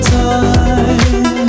time